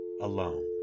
alone